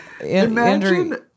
Andrew